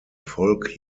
folk